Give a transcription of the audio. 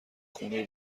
خونه